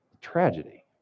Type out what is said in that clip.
Tragedy